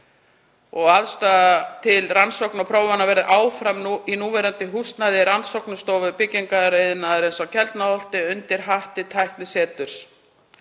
Aðstaða til rannsókna og prófana verður áfram í núverandi húsnæði Rannsóknastofu byggingariðnaðarins í Keldnaholti, undir hatti tækniseturs.